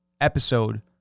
episode